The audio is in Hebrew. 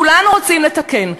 כולנו רוצים לתקן,